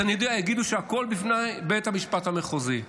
אז אני יודע, יגידו שהכול בפני בית המשפט המחוזי,